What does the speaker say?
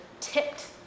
tipped